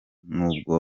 nubwo